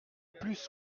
plus